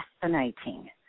fascinating